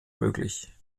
möglich